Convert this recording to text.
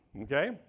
okay